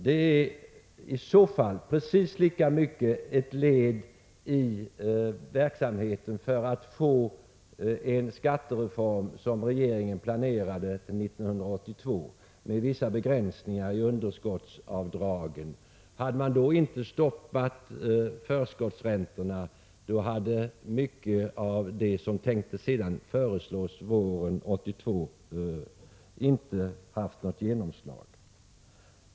Det var i så fall precis lika mycket ett led i verksamheten för att få en skattereform, när regeringen 1982 genomför de vissa begränsningar i underskottsavdragen. Hade man då inte stoppat förskottsräntorna, hade mycket av det som man tänkte föreslå våren 1982 inte fått något genomslag.